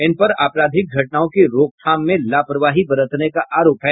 इन पर आपराधिक घटनाओं की रोकथाम में लापरवाही बरतने का आरोप है